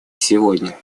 сегодня